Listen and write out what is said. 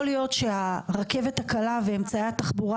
יכול להיות שהרכבת הקלה ואמצעי התחבורה